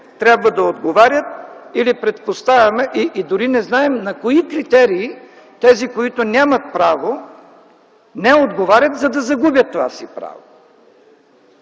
трябва да отговарят. Или предпоставяме. Дори не знаем на кои критерии тези, които нямат право, не отговарят, за да загубят това си право!